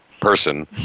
person